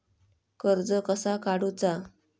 कर्ज कसा काडूचा?